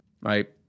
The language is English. right